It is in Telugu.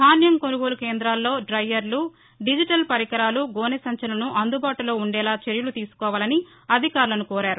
ధాన్యం కొనుగోలు కేంద్రాల్లో డయర్లు డిజిటల్ పరికరాలు గోనె సంచులను అందుబాటులో ఉండేలా చర్యలు తీసుకోవాలని అధికారులను కోరారు